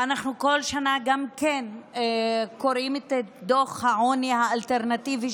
ואנחנו כל שנה גם קוראים את דוח העוני האלטרנטיבי,